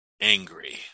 angry